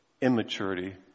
immaturity